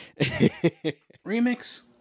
Remix